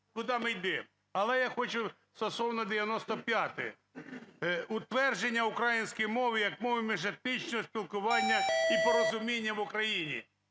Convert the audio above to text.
Куди ми йдемо? Але я хочу стосовно 95-ї. "Утвердження українській мові як мови міжетнічного спілкування і порозуміння в Україні".